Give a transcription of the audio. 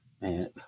Man